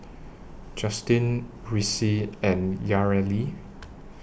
Justin Ricci and Yareli